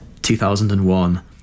2001